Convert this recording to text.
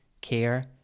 care